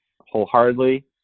wholeheartedly